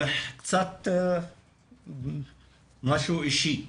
קצת משהו אישי.